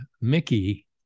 mickey